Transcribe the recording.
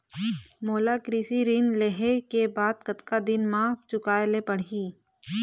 मोला कृषि ऋण लेहे के बाद कतका दिन मा चुकाए ले पड़ही?